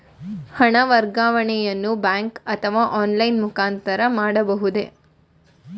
ಹಣ ವರ್ಗಾವಣೆಯನ್ನು ಬ್ಯಾಂಕ್ ಅಥವಾ ಆನ್ಲೈನ್ ಮುಖಾಂತರ ಮಾಡಬಹುದೇ?